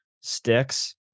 sticks